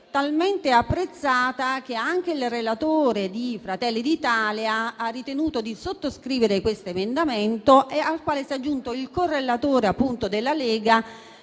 talmente apprezzata che anche il relatore di Fratelli d'Italia ha ritenuto di sottoscrivere questo emendamento, al quale si è aggiunto il correlatore della Lega,